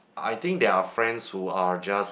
I think they're friends who are just